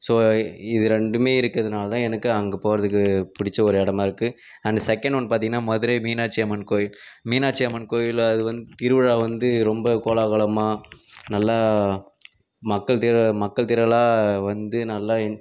so இது ரெண்டுமே இருக்கிறதுனாலதான் எனக்கு அங்கே போகிறதுக்கு பிடிச்ச ஒரு இடமா இருக்கு அண்ட் செகண்ட் ஒன் பார்த்திங்கன்னா மதுரை மீனாட்சி அம்மன் கோயில் மீனாட்சி அம்மன் கோயில் அது வந்து திருவிழா வந்து ரொம்ப கோலாகலமாக நல்லா மக்கள்திர மக்கள்திரளாக வந்து நல்லா எ